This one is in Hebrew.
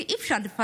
כי אי-אפשר לפספס,